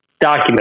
document